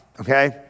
Okay